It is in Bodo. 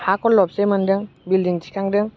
हा खल्लबसे मोनदों बिल्दिं थिखांदों